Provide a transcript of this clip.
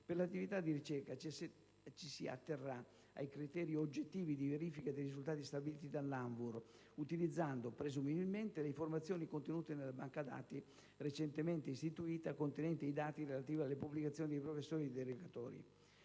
Per l'attività di ricerca ci si atterrà ai criteri oggettivi di verifica dei risultati stabiliti dall'ANVUR, utilizzando (presumibilmente) le informazioni contenute nella banca dati recentemente istituita contenente i dati relativi alle pubblicazioni dei professori e dei ricercatori.